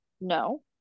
No